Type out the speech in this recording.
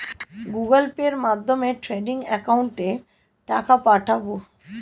Google Pay মাধ্যমে trading একাউন্টে টাকা পাঠাবো?